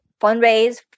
fundraise